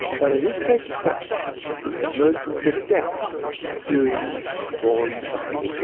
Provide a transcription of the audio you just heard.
but it's safe to say that the merchants of doubt are doing a roaring trade